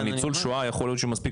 הניצול שואה יכול להיות שהוא מספיק,